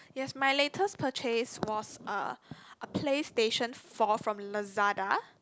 yes my latest purchase was uh a PlayStation Four from Lazada